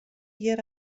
hjir